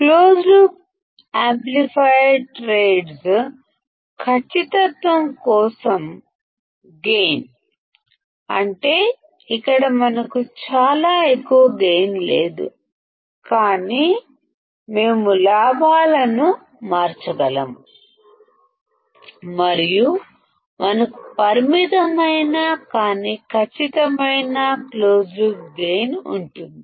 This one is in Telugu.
క్లోజ్ లూప్ యాంప్లిఫైయర్ ఖచ్చితత్వం కోసం గైన్ ని ట్రేడ్ చేస్తుంది అంటే ఇక్కడ మనకు చాలా ఎక్కువ గైన్ లేదు కానీ మనం గైన్ ను మార్చగలము మరియు మనకు పరిమితమైన కానీ ఖచ్చితమైన క్లోజ్డ్ లూప్ గైన్ ఉంటుంది